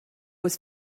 was